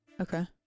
okay